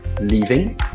leaving